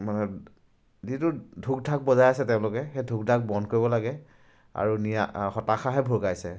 মানে যিটো ঢোক ঢাক বজাই আছে তেওঁলোকে সেই ঢোক ধাক বন্ধ কৰিব লাগে আৰু নিয়া হতাশাহে ভুগাইছে